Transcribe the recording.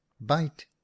bite